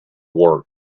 work